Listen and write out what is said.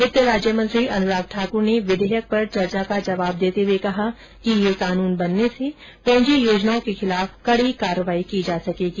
वित्त राज्य मंत्री अनुराग ठाकुर ने विधेयक पर चर्चा का जवाब देते हुए कहा कि यह कानून बनने से पोंजी योजनाओं के खिलाफ कड़ी कार्यवाही की जा सकेगी